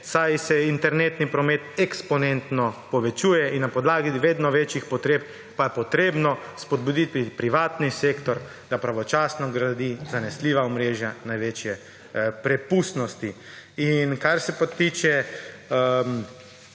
saj se internetni promet eksponentno povečuje in na podlagi vedno večjih potreb pa je potrebno spodbuditi privatni sektor, da pravočasno gradi zanesljiva omrežja največje prepustnosti. Kar se pa tiče